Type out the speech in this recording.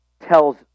tells